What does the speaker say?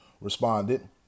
responded